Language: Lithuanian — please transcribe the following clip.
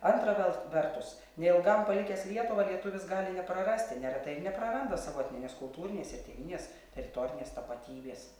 antrą vel vertus neilgam palikęs lietuvą lietuvis gali neprarasti neretai ir nepraranda savo etninės kultūrinės ir tėvynės teritorinės tapatybės